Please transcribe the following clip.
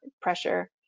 pressure